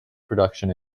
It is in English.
production